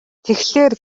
тэгэхлээр